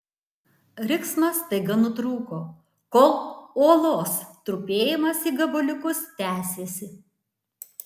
riksmas staiga nutrūko kol uolos trupėjimas į gabaliukus tęsėsi